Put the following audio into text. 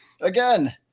Again